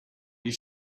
you